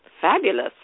Fabulous